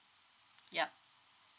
yup